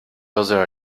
other